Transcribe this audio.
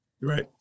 right